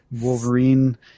Wolverine